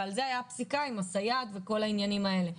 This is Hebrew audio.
ועל זה היה פסיקה עם הסייעת וכל העניינים האלה.